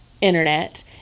internet